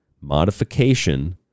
modification